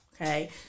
Okay